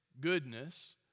goodness